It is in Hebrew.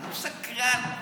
שקרן.